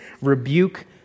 rebuke